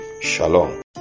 shalom